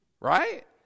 Right